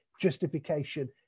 justification